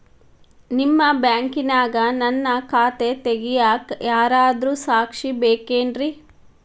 ನಿಮ್ಮ ಬ್ಯಾಂಕಿನ್ಯಾಗ ನನ್ನ ಖಾತೆ ತೆಗೆಯಾಕ್ ಯಾರಾದ್ರೂ ಸಾಕ್ಷಿ ಬೇಕೇನ್ರಿ?